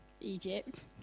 Egypt